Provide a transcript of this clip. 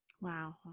Wow